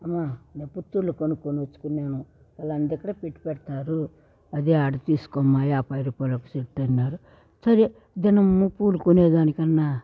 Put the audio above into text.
అమ్మ నేను పుత్తూర్లో కొనుకొనొచ్చుకున్నాను అలాంటివి ఇక్కడ పెట్టి పెడతారు అది ఆడ తీస్కోమ్మ యాభై రూపాయలు ఒక సెట్ అన్నారు సరే దినము పూలు కొనే దానికన్నా